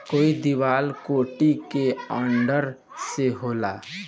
कोई दिवाला कोर्ट के ऑर्डर से होला